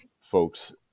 folks